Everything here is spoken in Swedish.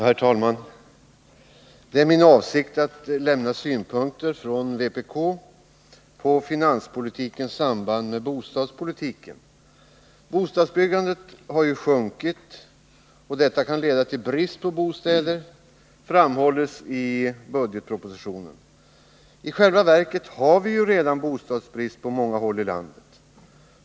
Herr talman! Det är min avsikt att lämna synpunkter från vpk på finanspolitikens samband med bostadspolitiken. Bostadsbyggandet har sjunkit, och detta kan leda till brist på bostäder, såsom också framhålles i bilaga 16 till budgetpropositionen. I själva verket har vi redan bostadsbrist på många håll i landet.